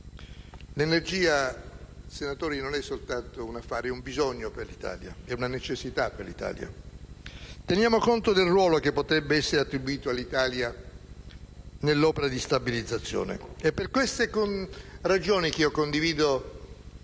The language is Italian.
l'energia non è soltanto un affare, ma è un bisogno, una necessità per l'Italia. Teniamo conto del ruolo che potrebbe essere attribuito all'Italia nell'opera di stabilizzazione. Per queste ragioni, condivido